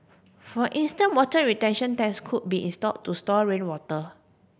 for instant water retention tanks could be install to store rainwater